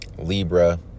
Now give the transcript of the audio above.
Libra